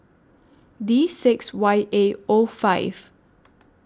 D six Y A O five